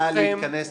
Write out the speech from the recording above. נא להתכנס לסיום.